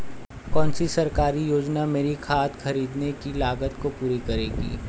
कौन सी सरकारी योजना मेरी खाद खरीदने की लागत को पूरा करेगी?